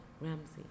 Ramsey